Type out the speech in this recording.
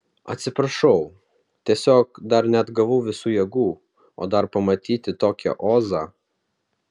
atsiprašau tiesiog dar neatgavau visų jėgų o dar pamatyti tokią ozą